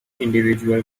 individual